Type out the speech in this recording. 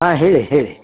ಹಾಂ ಹೇಳಿ ಹೇಳಿ